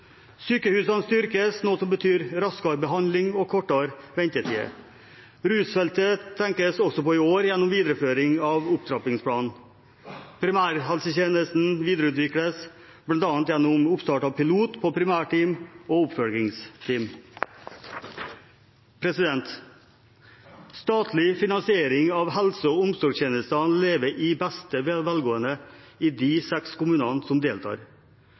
Sykehusene styrkes, noe som betyr raskere behandling og kortere ventetider. Rusfeltet tenkes også på i år, gjennom videreføring av opptrappingsplanen. Primærhelsetjenesten videreutvikles – bl.a. gjennom oppstart av en pilot på primærteam og oppfølgingsteam. Statlig finansiering av helse- og omsorgstjenestene lever i beste velgående i de seks kommunene som deltar,